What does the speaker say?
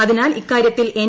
അതിനാൽ ഇക്കാര്യത്തിൽ എൻ